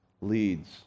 leads